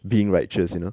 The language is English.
being righteous you know